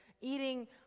eating